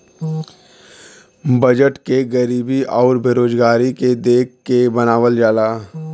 budget के गरीबी आउर बेरोजगारी के देख के बनावल जाला